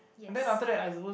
yes